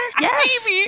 Yes